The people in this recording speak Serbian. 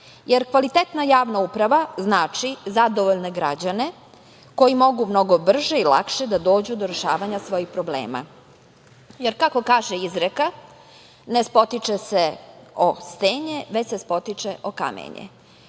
Jer kvalitetna javna uprava znači zadovoljne građane koji mnogo brže i lakše da dođu do rešavanja svojih problema, jer kako kaže izreka - ne spotiče se o stenje, već se spotiče o